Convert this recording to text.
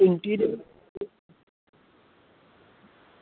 interior